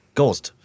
ghost